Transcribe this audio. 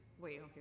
Wait